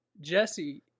Jesse